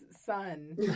son